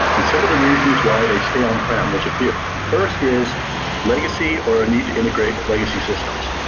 and some of the reasons why they stay on-prem there's a few. first is legacy or a need to integrate with legacy systems.